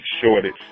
shortage